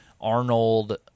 arnold